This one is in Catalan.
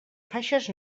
faixes